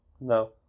No